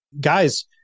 guys